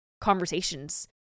conversations